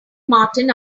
martin